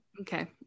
Okay